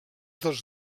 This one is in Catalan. dels